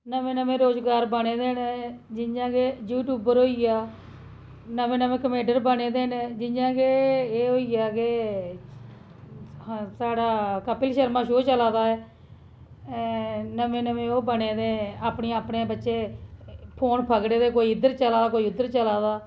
नमें नमें दे रोजगार बना दे ना जि'यां के यू टूबर होई गे नमें नमें कमेडर बने दे न जि'यां के साढ़ा कपिल शर्मा शो चला दा ऐ नमें नमें ओह् बने दे अपने अपने बच्चे फोन फगड़ियै कोई इद्धर चला दा कोई उद्धर चला दा